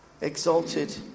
Exalted